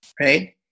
right